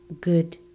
good